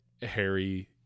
Harry